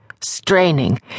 Straining